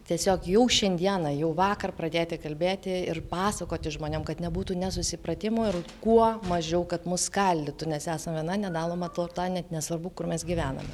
tiesiog jau šiandieną jau vakar pradėti kalbėti ir pasakoti žmonėm kad nebūtų nesusipratimų ir kuo mažiau kad mus skaldytų nes esam viena nedaloma tauta net nesvarbu kur mes gyvename